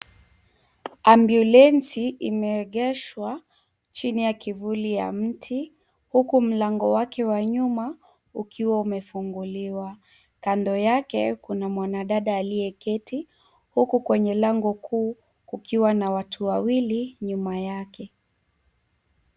Ambyulensi imeegeshwa chini ya kivuli ya mti, huku mlango wake wa nyuma ukiwa umefunguliwa. Kando yake kuna mwanadada aliyeketi, huku kwenye lango kuu kukiwa na watu wawili nyuma yake.